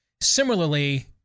Similarly